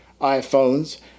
iPhones